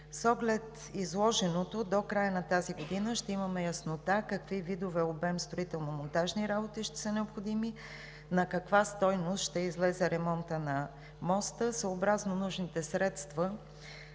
С оглед изложеното, до края на тази година ще имаме яснота какви видове обем строително-монтажни работи ще са необходими, на каква стойност ще излезе ремонтът на моста. Съобразно нужните средства